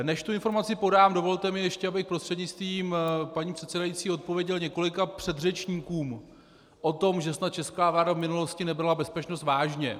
Než tu informaci podám, dovolte mi ještě, abych prostřednictvím paní předsedající odpověděl několika předřečníkům na to, že snad česká vláda v minulosti nebrala bezpečnost vážně.